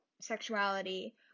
sexuality